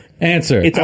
answer